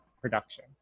production